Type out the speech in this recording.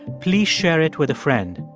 please share it with a friend.